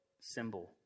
symbol